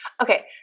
Okay